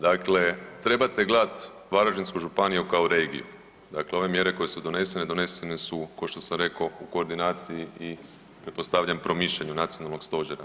Dakle, trebate gledati Varaždinsku županiju kao regiju, dakle ove mjere koje su donesene, donesene su kao što sam rekao u koordinaciji i pretpostavljam promišljanju nacionalnog stožera.